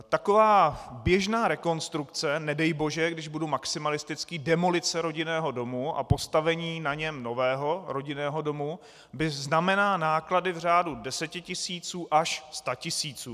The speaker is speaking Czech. Taková běžná rekonstrukce, nedejbože, když budu maximalistický, demolice rodinného domu a postavení na něm nového rodinného domu by znamenala náklady v řádu desetitisíců až statisíců.